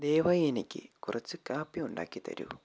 ദയവായി എനിക്ക് കുറച്ച് കാപ്പി ഉണ്ടാക്കി തരൂ